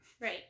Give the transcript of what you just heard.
Right